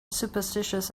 superstitious